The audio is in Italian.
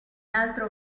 altro